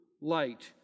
light